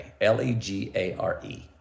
L-E-G-A-R-E